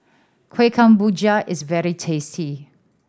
Kueh Kemboja is very tasty